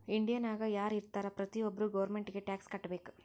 ಇಂಡಿಯಾನಾಗ್ ಯಾರ್ ಇರ್ತಾರ ಪ್ರತಿ ಒಬ್ಬರು ಗೌರ್ಮೆಂಟಿಗಿ ಟ್ಯಾಕ್ಸ್ ಕಟ್ಬೇಕ್